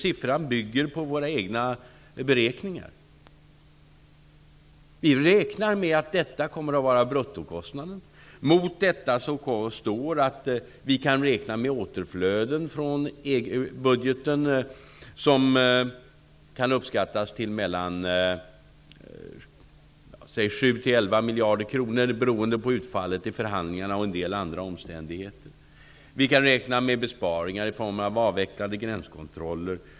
Siffran bygger på våra egna beräkningar. Vi räknar med att detta kommer att vara bruttokostnaden. Mot detta står att vi kan räkna med återflöden från EU-budgeten som kan uppskattas till 7--11 miljarder kronor beroende på utfallet i förhandlingarna och en del andra omständigheter. Vi kan räkna med besparingar i form av avvecklade gränskontroller.